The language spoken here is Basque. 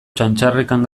txantxarrekan